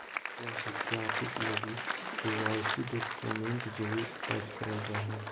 स्व सत्यापित लगी के.वाई.सी डॉक्यूमेंट जरुर अटेच कराय परा हइ